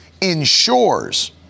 ensures